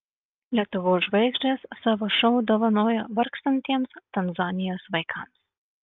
lietuvos žvaigždės savo šou dovanojo vargstantiems tanzanijos vaikams